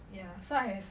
ya so I have